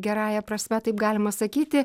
gerąja prasme taip galima sakyti